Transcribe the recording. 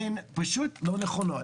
הם פשוט לא נכונות,